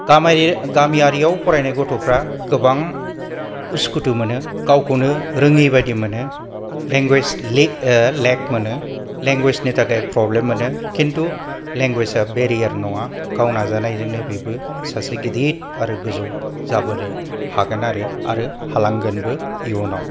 गामियारिफ्राव फरायनाय गथ'फ्रा गोबां उसु खुथु मोनो गावखौनो रोङि बायदि मोनो लेंगुवेज लिक लेक मोनो लेंगुवेजनि थाखाय प्रब्लेम मोनो खिन्थु लेंगुवेजआ बेरियार नङा गाव नाजानायजोंनो बेबो सासे गिदिर आरो गोजौ जाबोनो हागोन आरो आरो हालांगोनबो इयुनाव